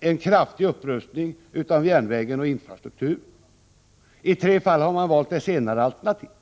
en kraftig upprustning av järnväg och infrastruktur. I tre fall har man valt det senare alternativet.